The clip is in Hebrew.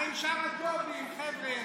מה עם שאר הג'ובים, חבר'ה?